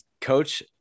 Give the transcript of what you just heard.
Coach